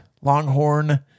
Longhorn